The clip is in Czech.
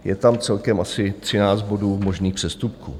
Je tam celkem asi třináct bodů možných přestupků.